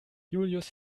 julius